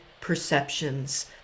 perceptions